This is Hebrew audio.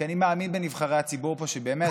כי אני מאמין בנבחרי הציבור פה שבאמת,